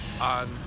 on